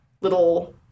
little